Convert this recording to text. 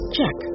Check